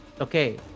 Okay